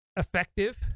Effective